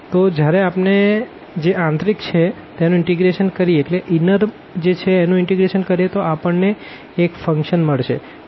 તો જયારે આપણે જે ઇન્નર છે તેનું ઇનટીગ્રેશન કરીએ તો આપણને એક ફંક્શન મળશે કારણ કે આપણે x સાથે ઇનટીગ્રેટ કર્યું છે